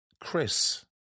Chris